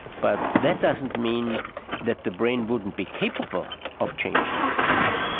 but that doesn't mean that the brain wouldn't be capable of changing these things.